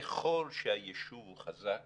ככל שהישוב הוא חזק